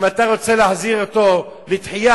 אם אתה רוצה להחזיר אותו לתחייה,